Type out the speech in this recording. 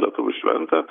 lietuvių šventė